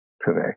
today